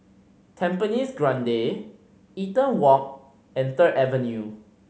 Tampines Grande Eaton Walk and Third Avenue